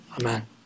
Amen